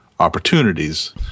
Opportunities